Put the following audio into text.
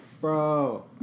Bro